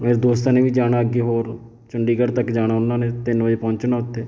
ਮੇਰੇ ਦੋਸਤਾਂ ਨੇ ਵੀ ਜਾਣਾ ਅੱਗੇ ਹੋਰ ਚੰਡੀਗੜ੍ਹ ਤੱਕ ਜਾਣਾ ਉਹਨਾਂ ਨੇ ਤਿੰਨ ਵਜੇ ਪਹੁੰਚਣਾ ਉੱਥੇ